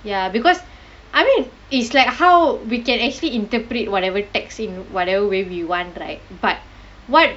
ya because I mean it's like how we can actually interpret whatever text in whatever way we want right but what